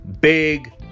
big